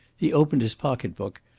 he opened his pocket-book,